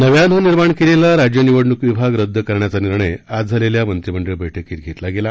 नव्यानं निर्माण केलेला राज्य निवडणूक विभाग रद्द करण्याचा निर्णय आज झालेल्या मंत्रीमंडळ बैठकीत घेतला गेला